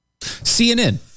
CNN